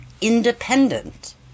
independent